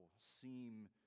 seem